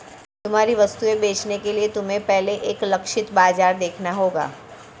तुम्हारी वस्तुएं बेचने के लिए तुम्हें पहले एक लक्षित बाजार देखना होगा